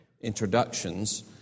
introductions